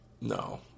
no